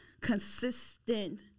consistent